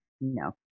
no